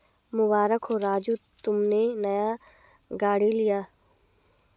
मुबारक हो राजू तुमने नया गाड़ी लिया